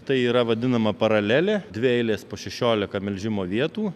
tai yra vadinama paralelė dvi eilės po šešiolika melžimo vietų